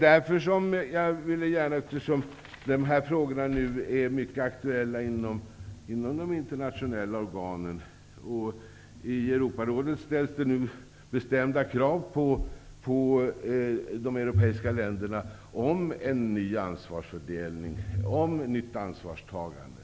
Dessa frågor är nu mycket aktuella inom de internationella organen. I Europarådet ställs det nu bestämda krav på de europeiska länderna på en ny ansvarsfördelning och ett nytt ansvarstagande.